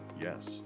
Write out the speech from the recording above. Yes